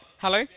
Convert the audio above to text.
Hello